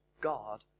God